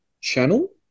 channel